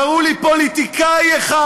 תראו לי פוליטיקאי אחד